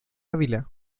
ávila